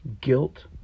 guilt